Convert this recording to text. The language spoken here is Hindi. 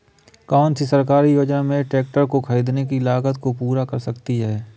कौन सी सरकारी योजना मेरे ट्रैक्टर को ख़रीदने की लागत को पूरा कर सकती है?